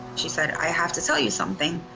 she said, i have to tell you something,